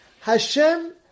Hashem